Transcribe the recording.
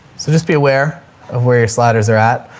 so just be aware of where your sliders are at.